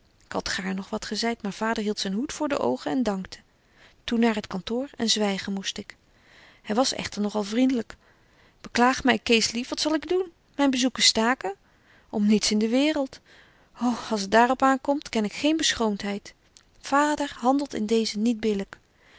ik had gaarn nog wat gezeit maar vader hieldt zyn hoed voor de oogen en dankte toen naar t kantoor en zwygen moest ik hy was echter nog al vriendlyk betje wolff en aagje deken historie van mejuffrouw sara burgerhart beklaag my kees lief wat zal ik doen myn bezoeken staken om niets in de waereld ô als het daar op aan komt ken ik geen beschroomtheid vader handelt in deezen niet